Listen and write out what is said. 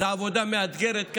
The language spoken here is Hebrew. זו עבודה מאתגרת,